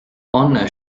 anne